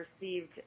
received